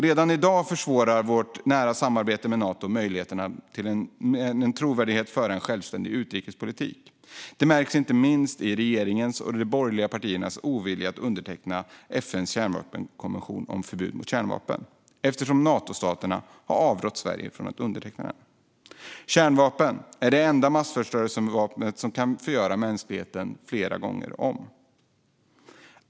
Redan i dag försvårar vårt nära samarbete med Nato möjligheterna att med trovärdighet föra en självständig utrikespolitik. Det märks inte minst i regeringens och de borgerliga partiernas ovilja att underteckna FN:s konvention om förbud mot kärnvapen eftersom Natostaterna har avrått Sverige från att underteckna den. Kärnvapen är det enda massförstörelsevapen som kan förgöra hela mänskligheten flera gånger om.